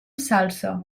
salsa